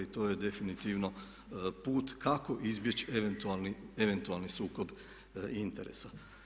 To je definitivno put kako izbjeći eventualni sukob interesa.